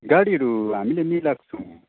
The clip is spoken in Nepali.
गाडीहरू हामीले मिलाएको छौँ